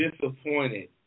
disappointed